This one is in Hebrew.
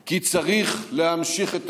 כי צריך להמשיך את הקליטה,